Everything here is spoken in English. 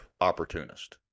opportunist